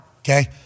Okay